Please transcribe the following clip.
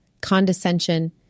condescension